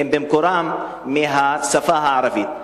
שבמקורם בשפה הערבית.